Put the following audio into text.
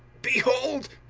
behold,